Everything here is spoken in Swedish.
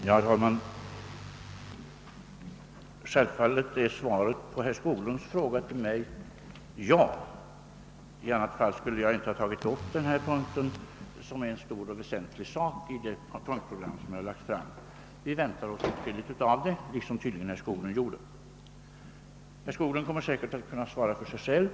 Herr talman! Självfallet är svaret på herr Skoglunds fråga till mig ja. I annat fall skulle jag inte ha tagit upp denna sak, som är en väsentlig punkt i det punktprogram jag har lagt fram. Vi väntar oss åtskilligt av det, liksom tydligen även herr Skoglund gjorde. Herr Skoglund kommer säkert att kunna svara för sig själv.